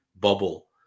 bubble